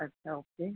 ਅੱਛਾ ਓਕੇ